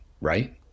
right